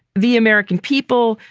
the american people,